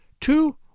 two